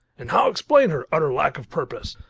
and how explain her utter lack of purpose?